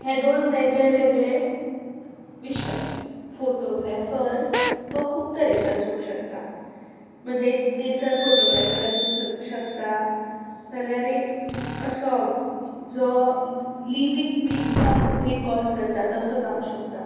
हे दोन वेगळे वेगळे विशय फोटोग्रॅफर हो खूब तरेचो आसूंक शकता म्हणजे एक नेचर फोटोग्रॅफर आसूंक शक् शकता नाजाल्यार एक असो जो लिवींग बिंगसांग रिकॉड करता तसो जावंक शकता